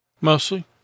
Mostly